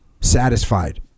satisfied